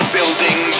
Building